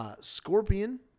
Scorpion